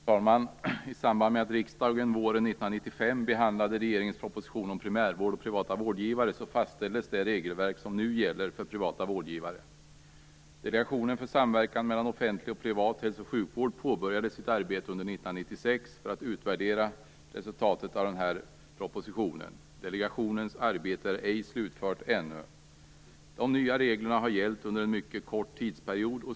Fru talman! I samband med att riksdagen våren 1995 behandlade regeringens proposition om primärvård och privata vårdgivare fastställdes det regelverk som nu gäller för privata vårdgivare. Delegationen för samverkan mellan offentlig och privat hälso och sjukvård påbörjade sitt arbete under 1996 med att utvärdera resultatet av propositionen. Delegationens arbete är ej slutfört ännu. De nya reglerna har gällt under en mycket kort tidsperiod.